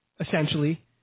essentially